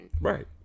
Right